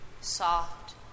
soft